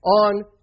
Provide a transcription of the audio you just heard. on